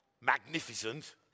magnificent